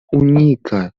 unika